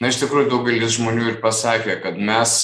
na iš tikrųjų daugelis žmonių ir pasakė kad mes